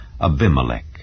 Abimelech